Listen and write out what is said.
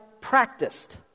practiced